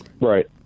Right